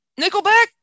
Nickelback